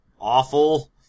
awful